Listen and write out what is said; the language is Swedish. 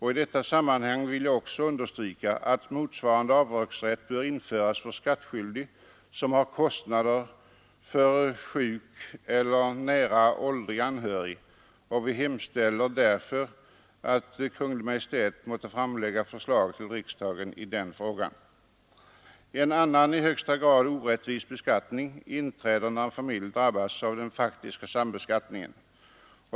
I detta sammanhang vill jag också understryka att motsvarande avdragsrätt bör införas för skattskyldig som har kostnader för sjuk eller nära åldrig anhörig. Vi hemställer därför att Kungl. Maj:t måtte framlägga förslag till riksdagen i den frågan. En annan i högsta grad orättvis beskattning inträder när en familj drabbas av den faktiska sambeskattningen.